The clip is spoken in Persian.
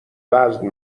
وزن